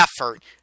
Effort